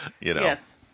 Yes